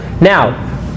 Now